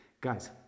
guys